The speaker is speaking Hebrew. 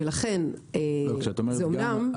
ולכן -- כשאת אומרת "גם",